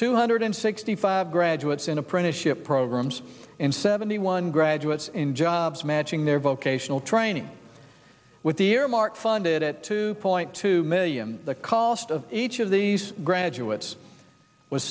two hundred sixty five graduates in apprenticeship programs and seventy one graduates in jobs matching their vocational training with the earmark funded at two point two million the cost of each of these graduates was